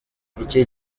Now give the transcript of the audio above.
icyi